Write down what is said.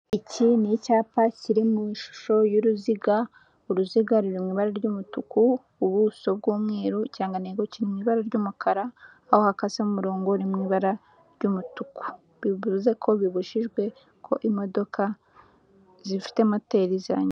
Iki ni icyapa kiri mu ishusho y'uruziga, uruziga ruri mu ibara ry'umutuku, ubuso bw'umweru, ikirangantego kiri mu ibara ry'umukara, aho hakasemo umurongo ni mu ibara ry'umutuku. Bivuze ko bibujijwe ko imodoka zifite moteri zihanyura.